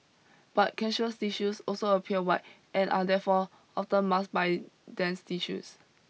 but cancerous tissues also appear white and are therefore often masked by dense tissues